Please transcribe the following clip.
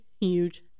huge